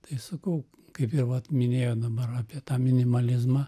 tai sakau kaip ir vat minėjot dabar apie tą minimalizmą